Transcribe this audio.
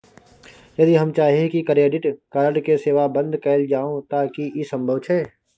यदि हम चाही की क्रेडिट कार्ड के सेवा बंद कैल जाऊ त की इ संभव छै?